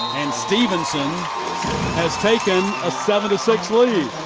and stephenson has taken a seven six lead.